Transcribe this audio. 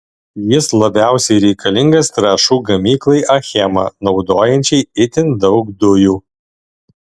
jis labiausiai reikalingas trąšų gamyklai achema naudojančiai itin daug dujų